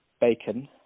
bacon